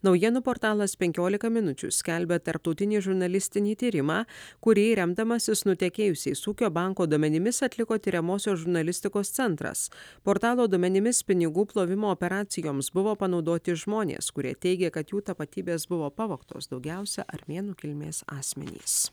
naujienų portalas penkiolika minučių skelbia tarptautinį žurnalistinį tyrimą kurį remdamasis nutekėjusiais ūkio banko duomenimis atliko tiriamosios žurnalistikos centras portalo duomenimis pinigų plovimo operacijoms buvo panaudoti žmonės kurie teigė kad jų tapatybės buvo pavogtos daugiausia armėnų kilmės asmenys